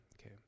Okay